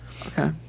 Okay